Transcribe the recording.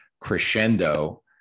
crescendo